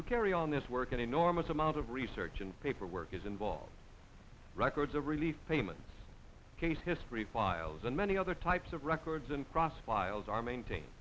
to carry on this work an enormous amount of research and paperwork is involved records of relief payments case history files and many other types of records and cross files are maintain